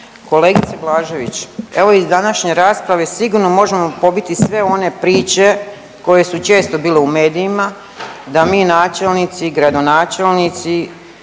Kolegice Blažević evo iz današnje rasprave sigurno možemo pobiti sve one priče koje su često bile u medijima, da mi načelnici, gradonačelnici